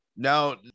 Now